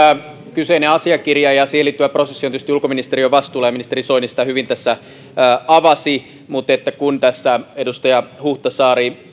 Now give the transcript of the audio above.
kyseinen asiakirja ja siihen liittyvä prosessi ovat tietysti ulkoministeriön vastuulla ja ministeri soini sitä hyvin tässä avasi mutta kun tässä edustaja huhtasaari